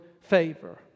favor